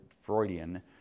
Freudian